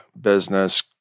business